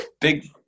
big